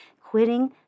Quitting